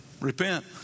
Repent